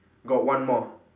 got one more